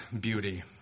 beauty